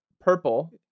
purple